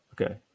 Okay